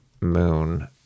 moon